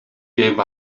gave